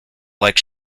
like